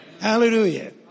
Hallelujah